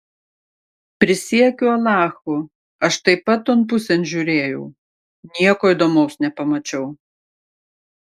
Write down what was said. prisiekiu alachu aš taip pat ton pusėn žiūrėjau nieko įdomaus nepamačiau